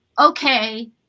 okay